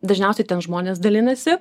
dažniausiai ten žmonės dalinasi